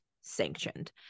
sanctioned